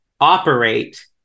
operate